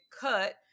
cut